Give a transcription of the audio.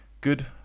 good